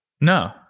No